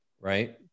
right